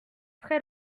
très